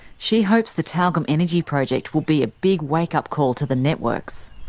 she hopes the tyalgum energy project will be a big wake-up call to the networks.